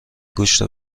گوشت